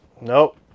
Nope